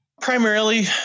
Primarily